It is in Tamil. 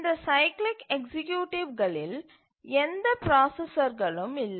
இந்த சைக்கிளிக் எக்சீக்யூட்டிவ்களில் எந்த பிராசசர்களும் இல்லை